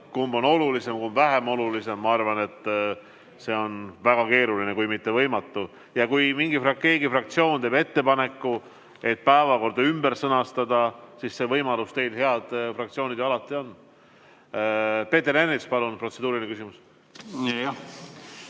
kumb on olulisem, kumb vähem oluline, ma arvan, on väga keeruline, kui mitte võimatu. Kui mingi fraktsioon teeb ettepaneku päevakorda ümber sõnastada, siis see võimalus teil, head fraktsioonid, alati on. Peeter Ernits, palun, protseduuriline küsimus!